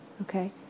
Okay